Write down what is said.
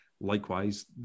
likewise